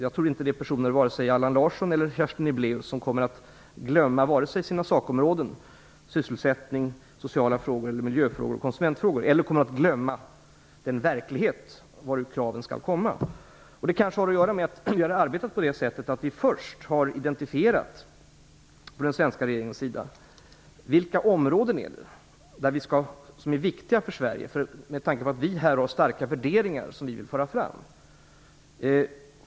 Jag tror inte att Allan Larsson eller Kerstin Niblaeus kommer att glömma vare sig sina sakområden - sysselsättning, sociala frågor, miljöfrågor och konsumentfrågor - eller den verklighet varur kraven skall komma. Det kanske har att göra med att vi från den svenska regeringens sida arbetat på så sätt att vi först har identifierat vilka områden som är viktiga för Sverige med tanke på att vi här har starka värderingar som vi vill föra fram.